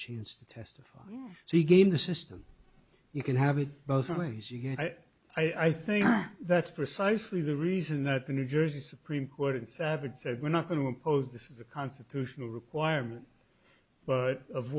chance to testify so you game the system you can have it both ways you get i think that's precisely the reason that the new jersey supreme court in savage said we're not going to impose this is a constitutional requirement but of